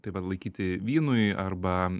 tai va laikyti vynui arba